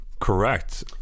Correct